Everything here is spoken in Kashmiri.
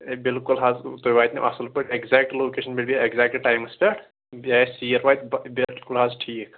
ہے بِلکُل حظ تۄہہِ واتنو اَصٕل پٲٹھۍ ایکزیکٹ لوکیٚشن پیٚٹھ یہِ ایٚکزیکٹ ٹایمَس پیٚٹھ بیٚیہِ آسہِ سیٖر واتہِ بِلکُل حظ ٹھیٖک